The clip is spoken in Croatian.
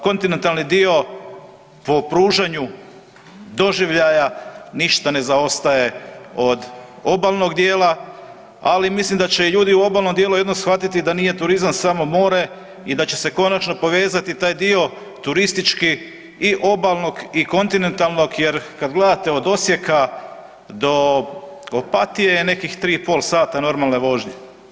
Kontinentalni dio po pružanju doživljaja ništa ne zaostaje od obalnog dijela, ali mislim da će ljudi u obalnom dijelu jednom shvatiti da nije turizam samo more i da će se konačno povezati taj dio turistički i obalnog i kontinentalnog, jer kad gledate od Osijeka do Opatije je nekih tri i pol sata normalne vožnje.